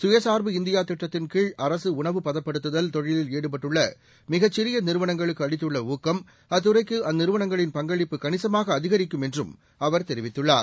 சுயசா்பு இந்தியா திட்டத்தின்கீழ்உணவுப் பதப்படுத்துதல் தொழிலில் ஈடுபட்டுள்ள மிகச்சிநிய நிறுவனங்களுக்கு அரசு அளித்துள்ள ஊக்கம் அத்துறைக்கு அந்நிறுவனங்களின் பங்களிப்பை கணிசமாக அதிகரிக்க செய்யும் என்றும் அவர் தெரிவித்துள்ளார்